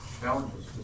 Challenges